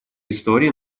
истории